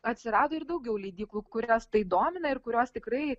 atsirado ir daugiau leidyklų kurias tai domina ir kurios tikrai